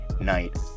night